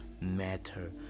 matter